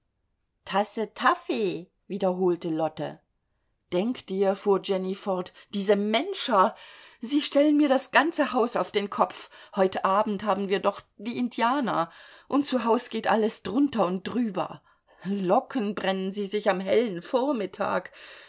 tasse taffee wiederholte lotte denk dir fuhr jenny fort diese menscher sie stellen mir das ganze haus auf den kopf heut abend haben wir doch die indianer und zu haus geht alles drunter und drüber locken brennen sie sich am hellen vormittag